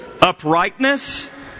uprightness